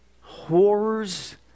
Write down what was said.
horrors